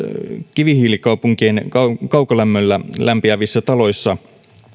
kivihiilikaupunkien kaukolämmöllä lämpiävissä taloissa